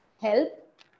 help